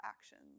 actions